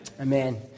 Amen